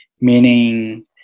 Meaning